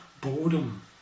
boredom